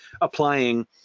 applying